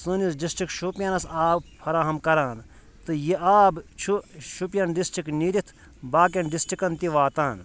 سٲنِس ڈِسٹرک شُپینَس آب فراہَم کران تہٕ یہِ آب چھُ شُپین ڈِسٹرک نیٖرِتھ باقین ڈِسٹرکن تہِ واتان